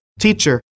Teacher